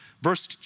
verse